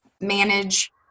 manage